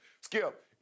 Skip